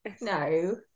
no